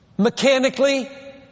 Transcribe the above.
mechanically